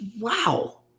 wow